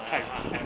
a'ah ah